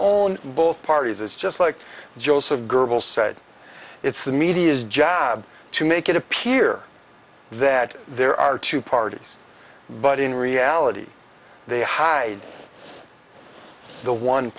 own both parties it's just like joseph gerbil said it's the media's job to make it appear that there are two parties but in reality they hide the one